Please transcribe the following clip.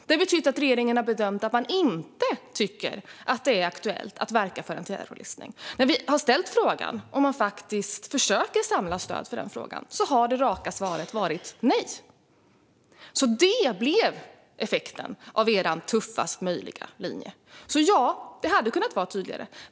Vi har tyckt att regeringen har bedömt att det inte är aktuellt att verka för en terrorlistning. När vi har ställt frågan om man faktiskt försöker samla stöd för den frågan har det raka svaret varit nej. Det blev effekten av er tuffast möjliga linje. Det hade alltså kunnat vara tydligare.